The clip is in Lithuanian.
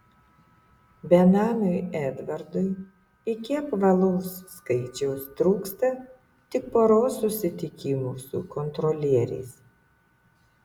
benamiui edvardui iki apvalaus skaičiaus trūksta tik poros susitikimų su kontrolieriais